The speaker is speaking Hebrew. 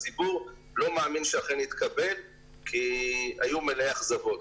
לא מאמין שאכן יתקבל כי היו מלאי אכזבות.